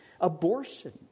abortion